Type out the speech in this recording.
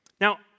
Now